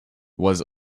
was